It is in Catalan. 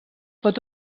pot